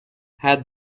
had